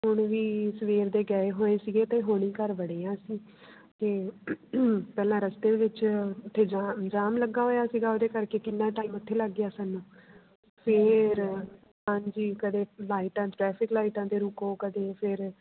ਹੁਣ ਵੀ ਸਵੇਰ ਦੇ ਗਏ ਹੋਏ ਸੀਗੇ ਅਤੇ ਹੁਣੀ ਘਰ ਵੜੇ ਹਾਂ ਅਸੀਂ ਅਤੇ ਪਹਿਲਾਂ ਰਸਤੇ ਵਿੱਚ ਉੱਥੇ ਜਾ ਜਾਮ ਲੱਗਾ ਹੋਇਆ ਸੀਗਾ ਉਹਦੇ ਕਰਕੇ ਕਿੰਨਾ ਟਾਈਮ ਉੱਥੇ ਲੱਗ ਗਿਆ ਸਾਨੂੰ ਫਿਰ ਹਾਂਜੀ ਕਦੇ ਲਾਈਟਾਂ 'ਚ ਟ੍ਰੈਫਿਕ ਲਾਈਟਾਂ 'ਤੇ ਰੁਕੋ ਕਦੇ ਫਿਰ